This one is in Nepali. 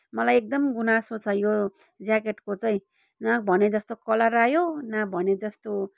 मलाई एकदम गुनासो छ यो ज्याकेटको चाहिँ न भने जस्तो कलर आयो न भने जस्तो